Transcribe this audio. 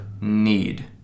need